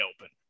open